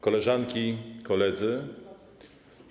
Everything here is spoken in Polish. Koleżanki i Koledzy!